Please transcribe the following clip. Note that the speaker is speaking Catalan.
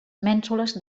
mènsules